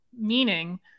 Meaning